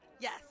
Yes